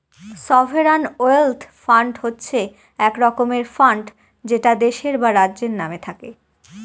sovereign wealth fund হচ্ছে এক রকমের ফান্ড যেটা দেশের বা রাজ্যের নামে থাকে